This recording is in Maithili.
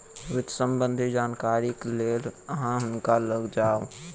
वित्त सम्बन्धी जानकारीक लेल अहाँ हुनका लग जाऊ